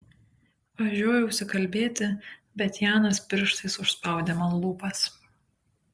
aš žiojausi kalbėti bet janas pirštais užspaudė man lūpas